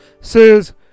says